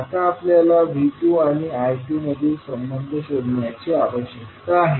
आता आपल्याला V2 आणि I2 मधील संबंध शोधण्याची आवश्यकता आहे